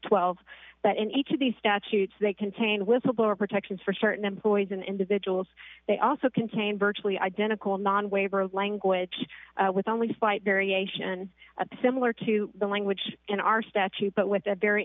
twelve that in each of these statutes they contained whistleblower protections for certain employees and individuals they also contain virtually identical non waiver of language with only slight variation similar to the language in our statute but with a very